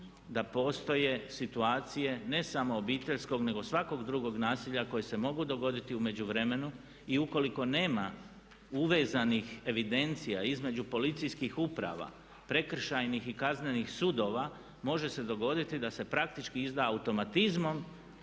da postoje situacije ne samo obiteljskog, nego svakog drugog nasilja koje se mogu dogoditi u međuvremenu i ukoliko nema uvezanih evidencija između policijskih uprava, prekršajnih i kaznenih sudova može se dogoditi da se praktički izda automatizmom